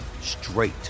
straight